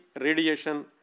radiation